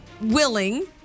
willing